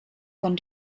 von